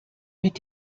mit